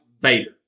Vader